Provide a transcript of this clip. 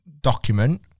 document